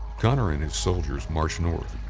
connor and his soldiers marched north.